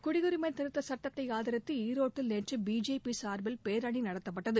குடியுரிமை திருத்த சுட்டத்தை ஆதரித்து ஈரோட்டில் நேற்று பிஜேபி சார்பில் பேரணி நடத்தப்பட்டது